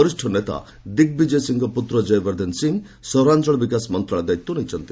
ବରିଷ୍ଠ ନେତା ଦିଗ୍ ବିଜୟ ସିଂଙ୍କ ପୁତ୍ର ଜୟବର୍ଦ୍ଧନ ସିଂ ସହରାଞ୍ଚଳ ବିକାଶ ମନ୍ତ୍ରଣାଳୟ ଦାୟିତ୍ୱ ନେଇଛନ୍ତି